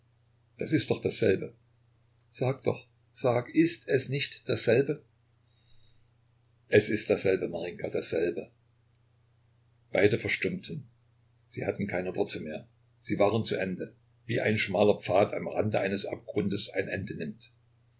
das ist doch dasselbe sag doch sag ist es nicht dasselbe es ist dasselbe marinjka dasselbe beide verstummten sie hatten keine worte mehr sie waren zu ende wie ein schmaler pfad am rande eines abgrundes ein ende nimmt